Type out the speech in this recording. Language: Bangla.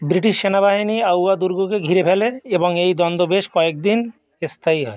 ব্রিটিশ সেনাবাহিনী আউয়া দুর্গকে ঘিরে ফেলে এবং এই দ্বন্দ্ব বেশ কয়েক দিন স্থায়ী হয়